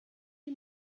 die